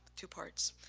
two parts.